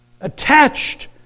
attached